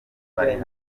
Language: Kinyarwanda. bari